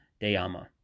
Dayama